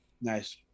Nice